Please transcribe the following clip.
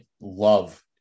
love